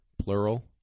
plural